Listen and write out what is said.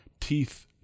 teeth